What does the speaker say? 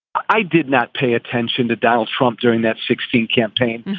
i did not pay attention to donald trump during that sixteen campaigns.